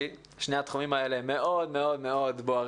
שני התחומים האלה מאוד מאוד בוערים בי.